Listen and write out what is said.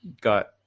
got